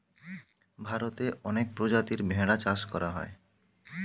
ভারতে অনেক প্রজাতির ভেড়া চাষ করা হয়